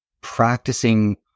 practicing